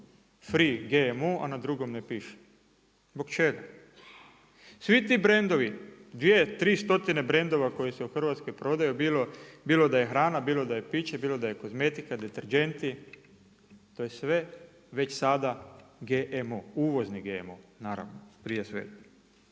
free GMO, a na drugom ne piše. Zbog čega? Svi ti brendovi, 2, 3 stotine brendova koji se u Hrvatskoj prodaju, bilo da je hrana, bilo da je piće, bilo da je kozmetika, deterdženti, to je sve već sama GMO, uvozni GMO, naravno, prije svega.